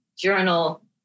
journal